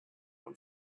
own